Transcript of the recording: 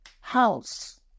house